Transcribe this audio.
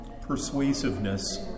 persuasiveness